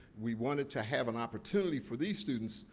we wanted to have an opportunity for these students,